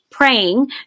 Praying